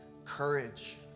Courage